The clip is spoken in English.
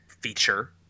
feature